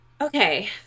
Okay